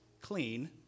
clean